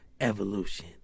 evolution